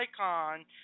icon